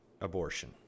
Abortion